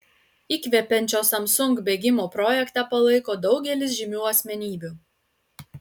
įkvepiančio samsung bėgimo projektą palaiko daugelis žymių asmenybių